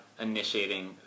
initiating